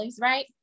right